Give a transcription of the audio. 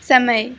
समय